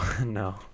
No